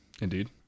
Indeed